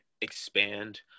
expand